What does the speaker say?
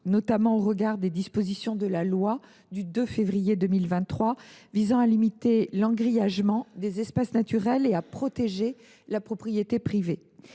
notamment au regard des dispositions de la loi du 2 février 2023 visant à limiter l’engrillagement des espaces naturels et à protéger la propriété privée.